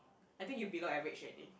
I think you below average already